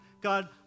God